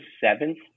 seventh